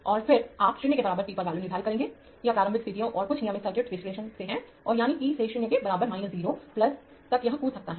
और फिरआप 0 के बराबर t पर वैल्यू निर्धारित करेंगे यह प्रारंभिक स्थितियों और कुछ नियमित सर्किट विश्लेषण से है और यानी t से 0 के बराबर 0 तक यह कूद सकता है